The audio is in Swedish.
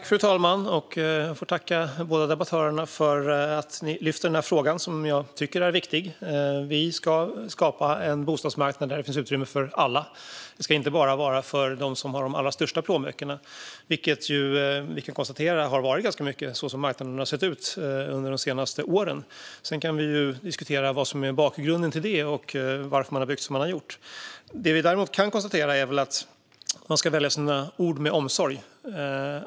Fru talman! Jag tackar båda debattörerna för att ni lyfter upp denna viktiga fråga. Vi ska skapa en bostadsmarknad där det finns utrymme för alla. Den ska inte bara vara för dem som har de allra största plånböckerna, så som det har det sett ut de senaste åren. Sedan kan vi alltid diskutera vad som var bakgrunden till det och varför man byggde som man gjorde. Man ska dock välja sina ord med omsorg.